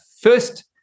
First